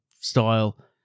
style